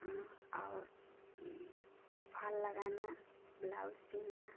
हाँ और फाल लगाना ब्लाउज सीना